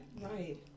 Right